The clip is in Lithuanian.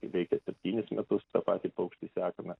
veikia septynis metus tą patį paukštį sekame